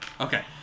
Okay